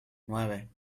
nueve